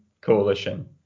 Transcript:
Coalition